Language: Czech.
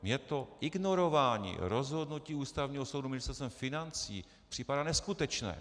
Mně to ignorování rozhodnutí Ústavního soudu Ministerstvem financí připadá neskutečné.